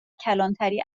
کلانتری